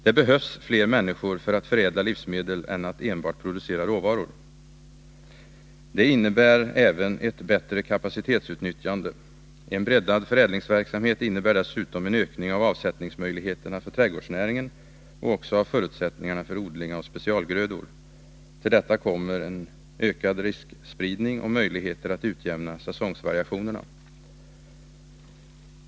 Det behövs fler människor för att förädla livsmedel än för att enbart producera råvaror. Det innebär ett bättre kapacitetsutnyttjande. En breddad förädlingsverksamhet innebär dessutom en ökning av avsättningsmöjligheterna för trädgårdsnäringen och också av förutsättningarna för odling av special grödor. Till detta kommer en ökad riskspridning och möjligheter att utjämna säsongsvariationerna.